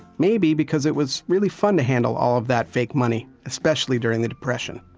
maybe because it was really fun to handle all of that fake money, especially during the depression.